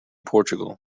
portugal